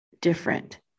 different